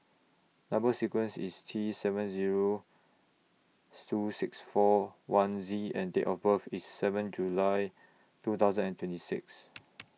Number sequence IS T seven Zero two six four one Z and Date of birth IS seven July two thousand and twenty six